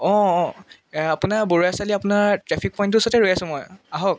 অঁ অঁ আপোনাৰ বৰুৱা চাৰিআলিৰ আপোনাৰ ট্ৰেফিক পইণ্টটোৰ ওচৰতে ৰৈ আছোঁ মই আহক